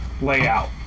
layout